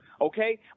okay